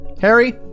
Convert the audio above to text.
Harry